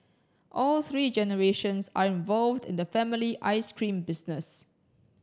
all three generations are involved in the family ice cream business